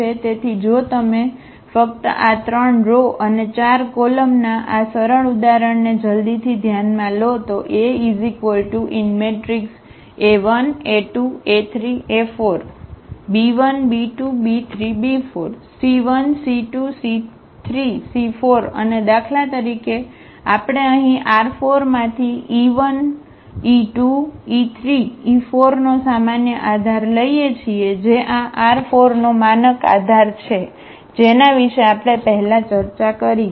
તેથી જો તમે ફક્ત આ 3 રો અને 4 કોલમના આ સરળ ઉદાહરણને જલ્દીથી ધ્યાનમાં લો તો અને દાખલા તરીકે આપણે અહીં R4 માંથી e1e2e3 e4 નો સામાન્ય આધાર લઈએ છીએ જે આ R4 નો માનક આધાર છે જેની વિશે આપણે પહેલા ચર્ચા કરી છે